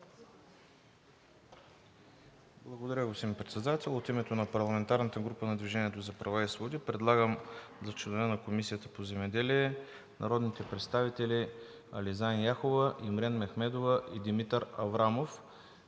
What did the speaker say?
Благодаря, господин Председател. От името на парламентарната група на „Движение за права и свободи“ предлагам за членове на Комисията по земеделието, храните и горите народните представители Ализан Яхова, Имрен Мехмедова и Димитър Аврамов,